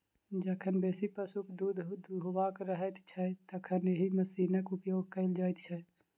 जखन बेसी पशुक दूध दूहबाक रहैत छै, तखन एहि मशीनक उपयोग कयल जाइत छै